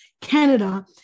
Canada